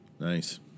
Nice